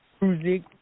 music